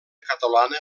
catalana